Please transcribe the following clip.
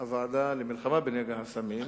הוועדה למלחמה בנגע הסמים,